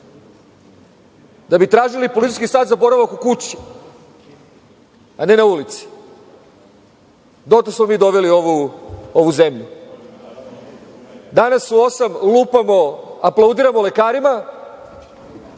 da bi tražili policijski sat za boravak u kući, a ne na ulici. Dotle smo mi doveli ovu zemlju. Danas u 20 časova aplaudiramo lekarima,